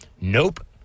Nope